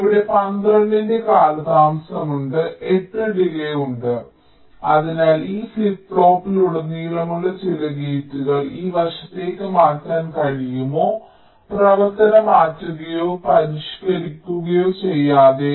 ഇവിടെ 12 ന്റെ കാലതാമസം ഉണ്ട് 8 ഡിലേയ് ഉണ്ട് അതിനാൽ ഈ ഫ്ലിപ്പ് ഫ്ലോപ്പിലുടനീളമുള്ള ചില ഗേറ്റുകൾ ഈ വശത്തേക്ക് മാറ്റാൻ കഴിയുമോ പ്രവർത്തനം മാറ്റുകയോ പരിഷ്ക്കരിക്കുകയോ ചെയ്യാതെ